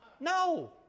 No